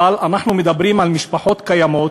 אבל אנחנו מדברים על משפחות קיימות,